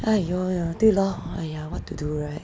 !aiyo! 对 lor !aiya! what to do [right]